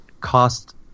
cost